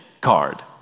card